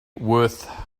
wirth